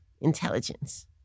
intelligence